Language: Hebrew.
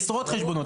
עשרות חשבונות.